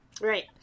right